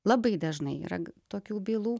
labai dažnai yra tokių bylų